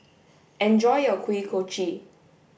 enjoy your Kuih Kochi